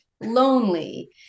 lonely